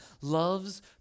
loves